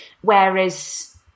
whereas